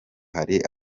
hari